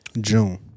June